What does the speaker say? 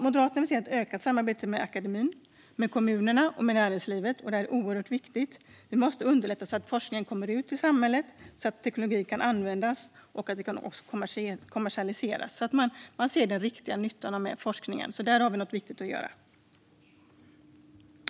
Moderaterna vill se ett ökat samarbete med akademin, kommunerna och näringslivet. Det är oerhört viktigt. Vi måste underlätta så att forskningen kommer ut i samhället, att teknik kan användas och kommersialiseras, så att man ser den riktiga nyttan av forskningen. Där har vi något viktigt att göra.